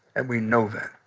and we know that,